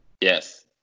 Yes